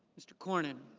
mr. cornyn.